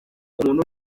umuntu